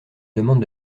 demande